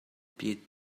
pit